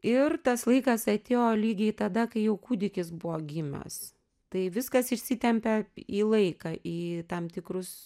ir tas laikas atėjo lygiai tada kai jau kūdikis buvo gimęs tai viskas išsitempia į laiką į tam tikrus